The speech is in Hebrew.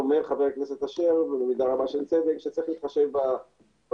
אומר חבר הכנסת אשר במידה רבה של צדק שצריך להתחשב במצב